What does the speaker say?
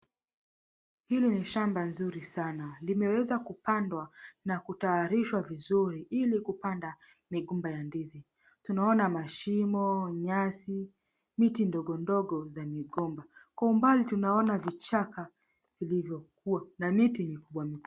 Hili ni shamba nzuri sana. Limekuwa limepandwa na kutayarishwa vizuri ili kupanda migomba ya ndizi. Tunaona mashimo, nyasi, miti midogo midogo ya migomba. Kwa umbali tunaona vichaka vilivyokuwa na miti mikubwa mikubwa.